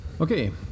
Okay